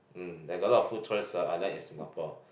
mm they got a lot of food choice ah unlike in Singapore